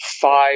five